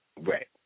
Right